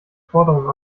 forderungen